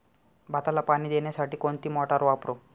भाताला पाणी देण्यासाठी कोणती मोटार वापरू?